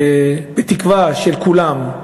בתקווה של כולם.